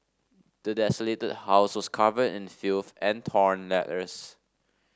the desolated house was covered in filth and torn letters